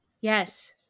Yes